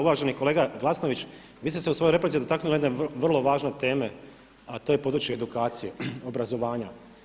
Uvaženi kolega Glasnović, vi ste se u svojoj replici dotaknuli jedne vrlo važne teme, a to je područje edukacije, obrazovanja.